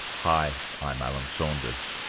hi, i'm alan saunders.